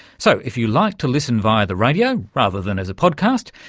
so if you like to listen via the radio rather than as a podcast,